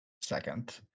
second